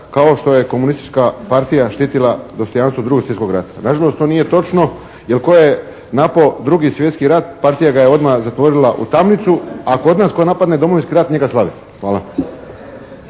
kao što je komunistička partija štitila dostojanstvo Drugog svjetskog rata. Nažalost, to nije točno jel' tko je napao Drugi svjetski rat, partija ga je odma' zatvorila u tamnicu. A kod nas, tko napade Domovinski rat njega slave. Hvala.